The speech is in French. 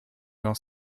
dans